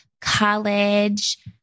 college